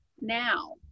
now